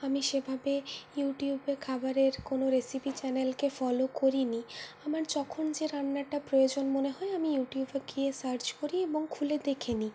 আমি সেভাবে ইউটিউবে খাবারের কোনো রেসিপি চ্যানেলকে ফলো করিনি আমার যখন যে রান্নাটা প্রয়োজন মনে হয় আমি ইউটিউবে গিয়ে সার্চ করি এবং খুলে দেখে নিই